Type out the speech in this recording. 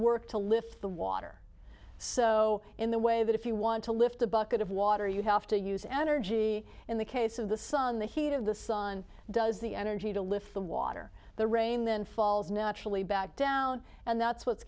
work to lift the water so in the way that if you want to lift a bucket of water you have to use energy in the case of the sun the heat of the sun does the energy to lift the water the rain then falls naturally back down and that's what's